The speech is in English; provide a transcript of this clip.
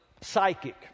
psychic